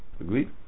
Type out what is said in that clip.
Agreed